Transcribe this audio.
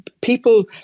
people